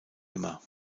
immer